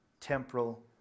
temporal